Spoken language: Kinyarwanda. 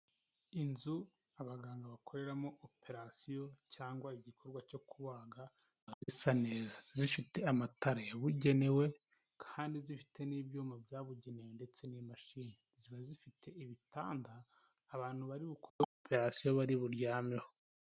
Inzu abaganga bakoreramo operasiyo cyangwa igikorwa cyo kubaga isa neza, zifite amatara yabugenewe kandi zifite n'ibyuma byabugenewe ndetse n'imashini, ziba zifite ibitanda abantu bari bukore operasiyo bari buryameho.